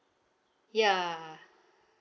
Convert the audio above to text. ya